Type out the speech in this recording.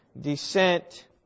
descent